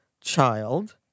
child